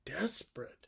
desperate